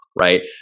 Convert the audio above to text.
right